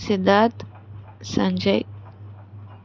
Siddharth Sanjay